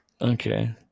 Okay